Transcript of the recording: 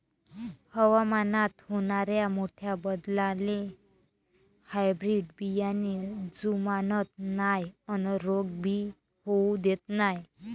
हवामानात होनाऱ्या मोठ्या बदलाले हायब्रीड बियाने जुमानत नाय अन रोग भी होऊ देत नाय